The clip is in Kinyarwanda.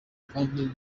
kandi